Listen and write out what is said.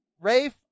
Rafe